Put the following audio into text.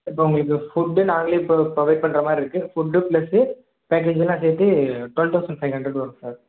இப்போ உங்களுக்கு ஃபுட்டு நாங்களே இப்போது ப்ரொவைட் பண்ணுற மாதிரி இருக்குது ஃபுட்டு ப்ளஸ்ஸு பேக்கேஜெல்லாம் சேர்த்து ட்வல் தௌசண்ட் ஃபைவ் ஹண்ட்ரட் வரும் சார்